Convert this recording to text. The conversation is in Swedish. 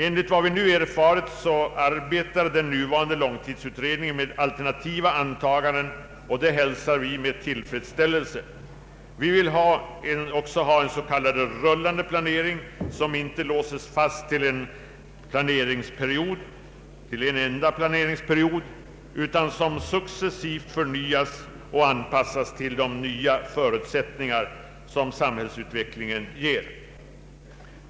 Enligt vad vi nu erfarit arbetar den nuvarande långtidsutredningen med alternativa antaganden, och det hälsar vi med tillfredsställelse. Vi vill också ha en s.k. rullande planering som inte låses fast till en enda planeringsperiod utan successivt förnyas och anpassas till de nya förutsättningar som samhällsutvecklingen ger.